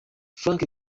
frank